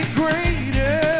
greater